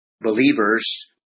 believers